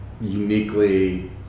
uniquely